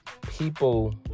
people